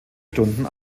stunden